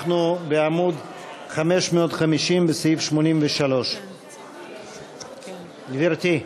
אנחנו בעמוד 550, בסעיף 83. גברתי.